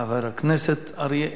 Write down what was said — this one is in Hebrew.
חבר הכנסת אריה אלדד.